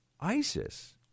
ISIS